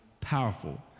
powerful